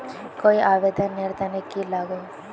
कोई आवेदन नेर तने की लागोहो?